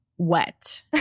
wet